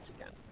again